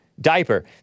diaper